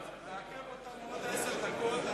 לעכב אותנו עוד עשר דקות,